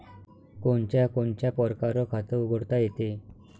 कोनच्या कोनच्या परकारं खात उघडता येते?